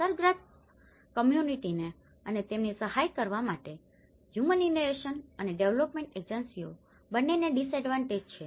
અસરગ્રસ્ત કમ્યુનીટીને અને તેમની સહાય કરવા માટે હ્યુંમનીટેરિયન અને ડેવેલપમેન્ટ એજન્સીઓ બંને ને ડીસએડવાન્ટેજ છે